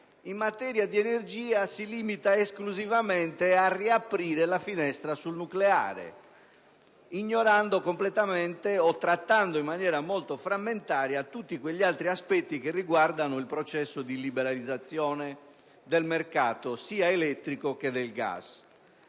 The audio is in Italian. in materia di energia, si limita a riaprire la finestra sul nucleare, ignorando completamente o trattando in maniera molto frammentaria tutti quegli altri aspetti che riguardano il processo di liberalizzazione del mercato sia elettrico che del gas.